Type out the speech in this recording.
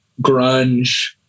grunge